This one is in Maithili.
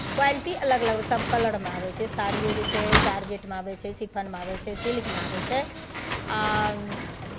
क्वालिटी अलग अलग सभ कलरमे आबै छै साड़ियो जे छै जारजेटमे आबै छै शिफॉनमे आबै छै सिल्कमे आबै छै आ